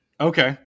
Okay